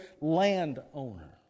landowner